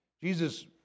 Jesus